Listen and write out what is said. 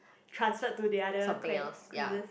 transferred to the other quest~ quizzes